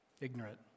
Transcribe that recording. Ignorant